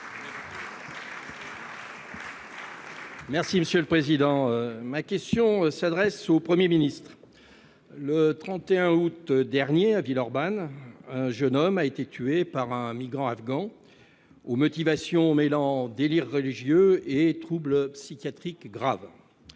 socialiste et républicain. Ma question s'adresse à M. le Premier ministre. Le 31 août dernier, à Villeurbanne, un jeune homme a été tué par un migrant afghan aux motivations mêlant délire religieux et troubles psychiatriques graves.